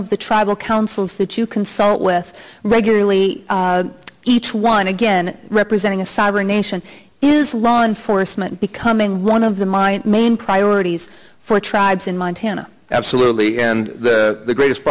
of the tribal councils that you consult with regularly each one again representing a sovereign nation is lawn forstmann becoming one of the my main priorities for tribes in montana absolutely and the greatest